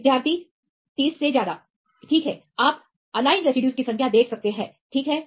विद्यार्थी 30 से ज्यादा ठीक है आप एलाइन रेसिड्यूज की संख्या देख सकते हैं ठीक है